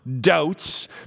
doubts